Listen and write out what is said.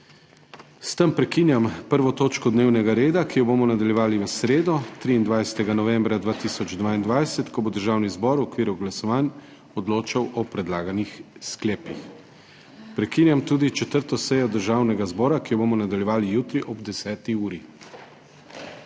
S tem prekinjam 1. točko dnevnega reda, ki jo bomo nadaljevali v sredo, 23. novembra 2022, ko bo Državni zbor v okviru glasovanj odločal o predlaganih sklepih. Prekinjam tudi 4. sejo Državnega zbora, ki jo bomo nadaljevali jutri ob 10. uri.